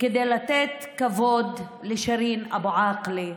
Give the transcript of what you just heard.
כדי לתת כבוד לשירין אבו עאקלה,